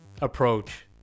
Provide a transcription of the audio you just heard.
approach